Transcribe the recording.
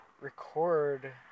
record